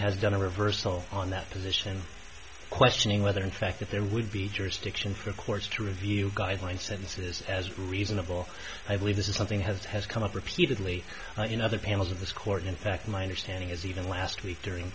has done a reversal on that position questioning whether in fact that there would be jurisdiction for courts to review guidelines sentences as reasonable i believe this is something has has come up repeatedly in other panels of this court in fact my understanding is even last week during